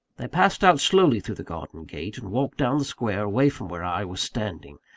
they passed out slowly through the garden gate, and walked down the square, away from where i was standing.